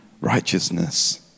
righteousness